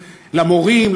למורים,